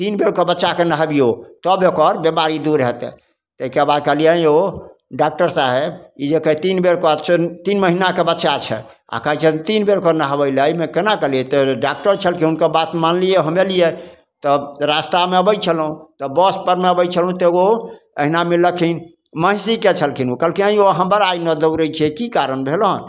तीन बेरके बच्चाके नहाबिऔ तब ओकर बेमारी दूर होतै ताहिके कहलिए अँइ यौ डॉकटर साहेब ई जे तीन बेरके तीन महिनाके बच्चा छै आओर कहै छिए तीन बेरके नहबैले एहिमे कोना कऽ हेतै डॉकटर छलखिन हुनकर बात मानलिए हम अएलिए तऽ रास्तामे आबै छलहुँ तऽ बसपरमे आबै छलहुँ तऽ एगो एहिना मिललखिन महिसीके छलखिन ओ कहलखिन अँइ यौ अहाँ बड़ा एना दौड़ै छिए कि कारण भेल हँ